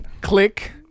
click